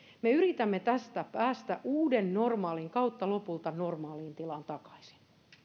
me yritämme tästä päästä uuden normaalin kautta lopulta normaaliin tilaan takaisin